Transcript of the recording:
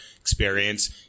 experience